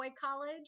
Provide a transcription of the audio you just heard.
College